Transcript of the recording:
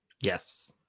yes